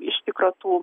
iš tikro tų